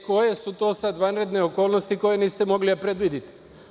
Koje su to sada vanredne okolnosti koje niste mogli da predvidite.